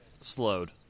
slowed